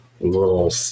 little